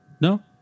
No